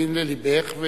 מבין ללבך,